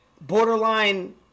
borderline